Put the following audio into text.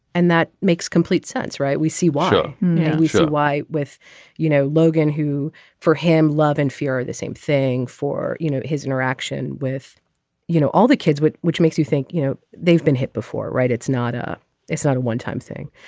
and that makes complete sense right. we see why we feel why with you know logan who for him love and fear are the same thing for you know his interaction with you know all the kids which makes you think you know they've been hit before right it's not a it's not a one time thing.